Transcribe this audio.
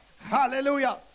Hallelujah